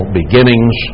beginnings